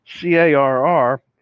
C-A-R-R